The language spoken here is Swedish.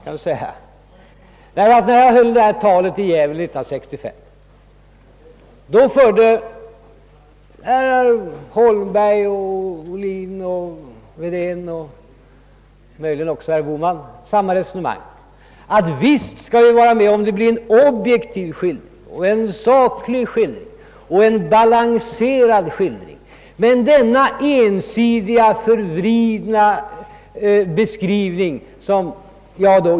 När jag höll mitt tal i Gävle 1965 förde herrar Holmberg, Ohlin, Wedén och möjligen också Bohman samma resonemang, nämligen att de visst kunde acceptera en objektiv, saklig och balanserad skildring av situationen, men att de aldrig kunde godta min ensidiga och förvridna beskrivning.